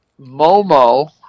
Momo